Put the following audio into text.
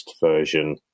version